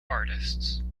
artists